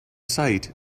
site